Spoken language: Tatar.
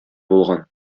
булган